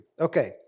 Okay